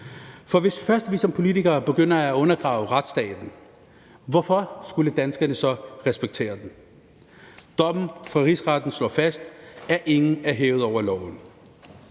For hvis vi først som politikere begynder at undergrave retsstaten, hvorfor skulle danskerne så respektere den? Dommen fra Rigsretten slår fast, at ingen er hævet over loven.